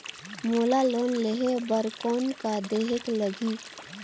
मोला लोन लेहे बर कौन का देहेक लगही?